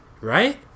right